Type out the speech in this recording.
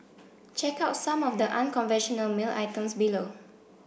check out some of the unconventional mail items below